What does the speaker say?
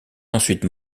ensuite